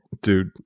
dude